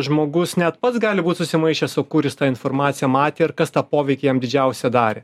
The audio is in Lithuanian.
žmogus net pats gali būt susimaišęs su kur jis tą informaciją matė ir kas tą poveikį jam didžiausią darė